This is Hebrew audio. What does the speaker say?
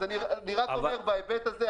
אז אני רק אומר בהיבט הזה,